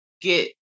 get